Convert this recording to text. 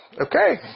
okay